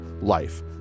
life